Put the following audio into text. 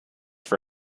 for